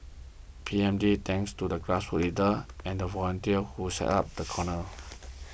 P M Lee thanks to the grassroots leaders and volunteers who set up the corner